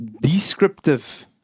descriptive